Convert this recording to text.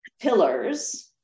pillars